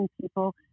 people